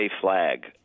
flag